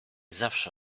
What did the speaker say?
zawsze